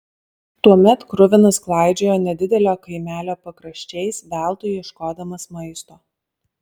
tuomet kruvinas klaidžiojo nedidelio kaimelio pakraščiais veltui ieškodamas maisto